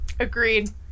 Agreed